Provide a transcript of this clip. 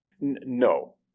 no